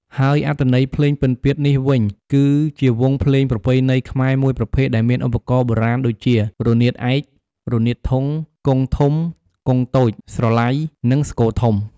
ហើយអត្ថន័យភ្លេងពិណពាទ្យនេះវិញ គឺជាវង់ភ្លេងប្រពៃណីខ្មែរមួយប្រភេទដែលមានឧបករណ៍បុរាណដូចជា រនាតឯក រនាតធុង គងធំ គងតូច ស្រឡៃ និងស្គរធំ។